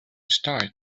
start